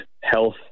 health